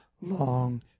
long